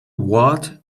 what